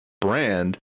brand